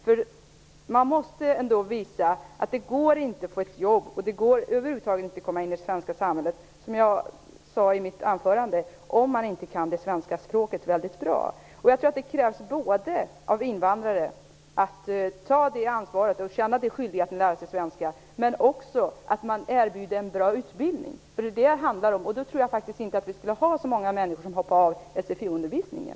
Som jag sade i mitt anförande går det inte att få ett jobb, och det går över huvud taget inte att komma in i det svenska samhället, om man inte kan det svenska språket väldigt bra. Jag tror att det krävs både att invandrare tar det ansvaret och känner den skyldigheten att lära sig svenska och att man erbjuder en bra utbildning. Det är vad det handlar om. Då tror jag inte att det skulle vara så många som hoppar av sfi-undervisningen.